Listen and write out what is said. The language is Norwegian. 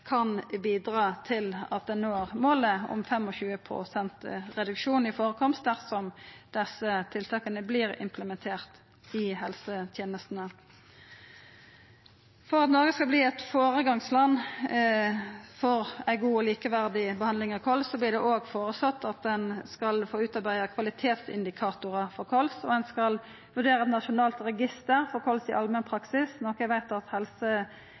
kan bidra til at ein når målet om 25 pst. reduksjon i førekomst dersom desse tiltaka vert implementerte i helsetenesta. For at Noreg skal verta eit føregangsland for ei god og likeverdig behandling av kols, vert det òg føreslått at ein skal utarbeida kvalitetsindikatorar for kols, at ein skal vurdera eit nasjonalt register for kols i allmennpraksis, noko eg veit at